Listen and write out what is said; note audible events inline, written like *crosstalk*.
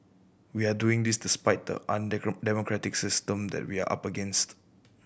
we are doing this despite the *unintelligible* democratic system that we are up against